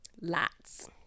lots